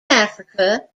africa